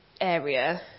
area